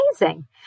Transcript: amazing